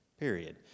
period